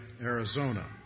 Arizona